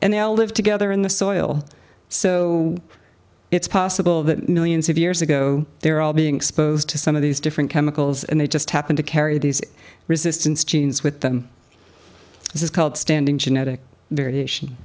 and they all live together in the soil so it's possible that millions of years ago they're all being exposed to some of these different chemicals and they just happen to carry these resistance genes with them this is called standing genetic variation